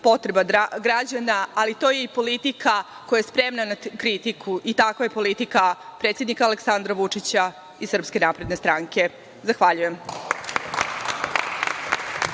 potreba građana, ali to je i politika koja je spremna na kritiku i takva je politika predsednika Aleksandra Vučića i SNS. Zahvaljujem.